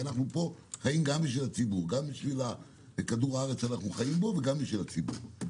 גם בשביל כדור הארץ שאנחנו חיים בו וגם בשביל הציבור.